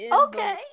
okay